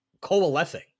coalescing